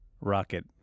Rocket